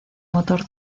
motor